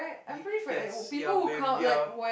you guess you're very your